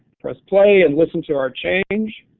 press play, and listen to our change.